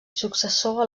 successor